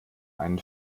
einen